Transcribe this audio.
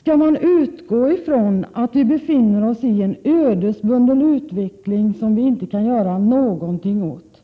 Skall man utgå ifrån att vi befinner oss i en ödesbunden utveckling, som vi inte kan göra någonting åt?